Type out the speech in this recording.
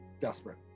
desperate